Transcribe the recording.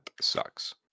sucks